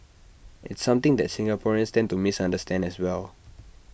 it's something that Singaporeans tend to misunderstand as well